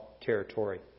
Territory